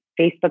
Facebook